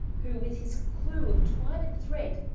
who, with his clue of twined-thread,